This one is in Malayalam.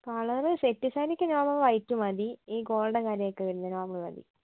കളറ് സെറ്റ് സാരിക്ക് നോർമൽ വൈറ്റ് മതി ഈ ഗോൾഡൻ കരയൊക്കെ വരുന്നില്ലേ അത് മതി